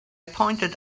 pointed